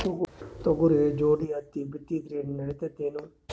ತೊಗರಿ ಜೋಡಿ ಹತ್ತಿ ಬಿತ್ತಿದ್ರ ನಡಿತದೇನು?